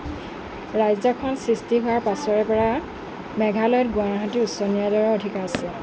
ৰাজ্যখন সৃষ্টি হোৱাৰ পাছৰে পৰা মেঘালয়ত গুৱাহাটী উচ্চ ন্যায়ালয়ৰ অধিকাৰ আছে